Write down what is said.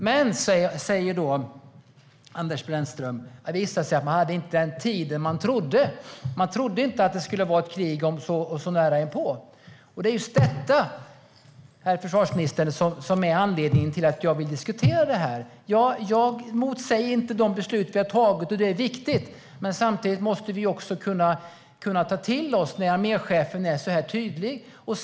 Det skulle dock visa sig, säger Anders Brännström, att man inte hade den tid man trodde. Man trodde inte att det skulle komma ett krig så nära inpå. Det är just detta, herr försvarsminister, som är anledningen till att jag vill diskutera det här. Jag motsäger inte de beslut som vi har fattat, och de är viktiga. Men samtidigt måste vi kunna ta till oss det som arméchefen säger så här tydligt.